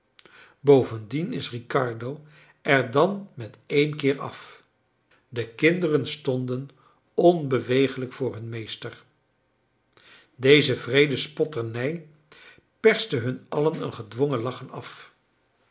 bovendien is riccardo er dan met één keer af de kinderen stonden onbeweeglijk voor hun meester deze wreede spotternij perste hun allen een gedwongen lachen af